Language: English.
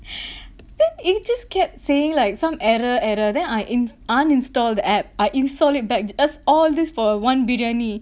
i~ it just kept saying like some error error then I ins~ uninstall the app I install it back just all this for one biryani